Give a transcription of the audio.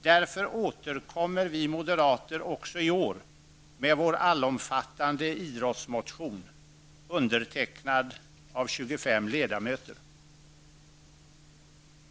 Därför återkommer vi moderater också i år med vår allomfattande idrottsmotion undertecknad av 25 ledamöter.